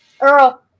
Earl